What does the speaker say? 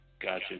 Gotcha